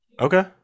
Okay